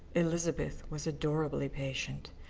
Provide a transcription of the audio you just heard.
elizabeth was adorably patient.